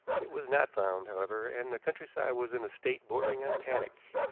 it was not found, however, and the countryside was in a state bordering on panic.